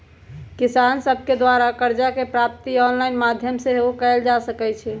किसान सभके द्वारा करजा के प्राप्ति ऑनलाइन माध्यमो से सेहो कएल जा सकइ छै